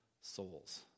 souls